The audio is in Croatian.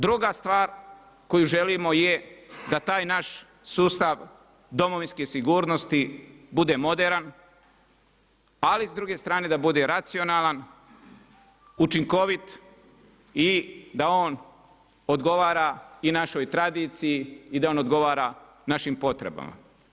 Druga stvar koju želimo je da taj naš sustav domovinske sigurnosti bude moderan, ali s druge strane da bude racionalan, učinkovit i da on odgovara i našoj tradiciji i da on odgovara našim potrebama.